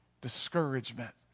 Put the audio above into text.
discouragement